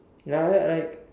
ya I like